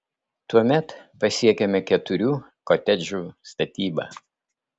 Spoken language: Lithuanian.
tuomet pasiekiame keturių kotedžų statybą